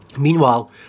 Meanwhile